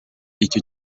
icyo